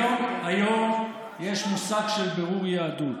היום יש מושג של בירור יהדות.